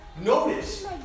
Notice